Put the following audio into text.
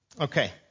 Okay